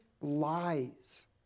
lies